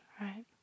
right